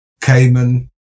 Cayman